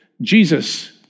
Jesus